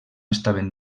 estaven